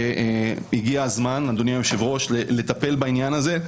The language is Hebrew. הגיע הזמן, אדוני היושב-ראש, לטפל בעניין הזה.